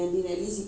ya